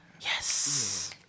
Yes